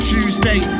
Tuesday